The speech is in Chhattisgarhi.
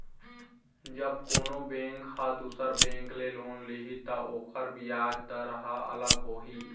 जब कोनो बेंक ह दुसर बेंक ले लोन लिही त ओखर बियाज दर ह अलग होही